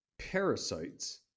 Parasites